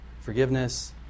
forgiveness